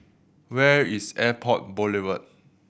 where is Airport Boulevard